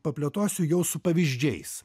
paplėtosiu jau su pavyzdžiais